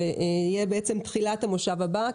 שיהיה תחילת המושב הבא,